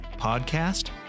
podcast